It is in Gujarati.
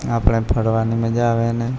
આપણે ફરવાની મજા આવે ને